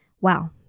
Wow